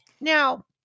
Now